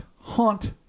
haunt